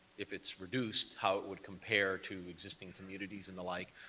if it's reduced, how it would compare to existing communities and the like.